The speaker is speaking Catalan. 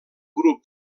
grup